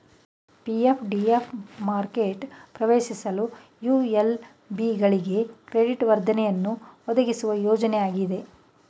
PF DF ಮಾರುಕೆಟ ಪ್ರವೇಶಿಸಲು ULB ಗಳಿಗೆ ಕ್ರೆಡಿಟ್ ವರ್ಧನೆಯನ್ನು ಒದಗಿಸುವ ಯೋಜ್ನಯಾಗಿದೆ